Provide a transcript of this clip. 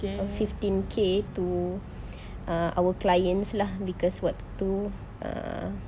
fifteen K to uh our clients lah because waktu itu ah